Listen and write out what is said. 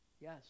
Yes